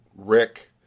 Rick